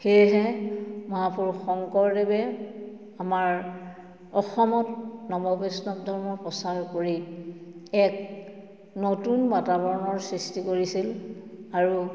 সেয়েহে মহাপুৰুষ শংকৰদেৱে আমাৰ অসমত নৱবৈষ্ণৱ ধৰ্ম প্ৰচাৰ কৰি এক নতুন বাতাৱৰণৰ সৃষ্টি কৰিছিল আৰু